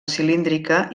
cilíndrica